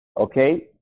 Okay